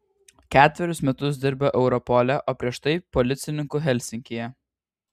ketverius metus dirbo europole o prieš tai policininku helsinkyje